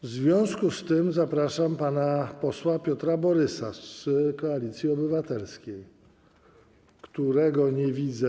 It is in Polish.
W związku z tym zapraszam pana posła Piotra Borysa z Koalicji Obywatelskiej, którego nie widzę.